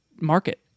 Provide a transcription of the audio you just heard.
market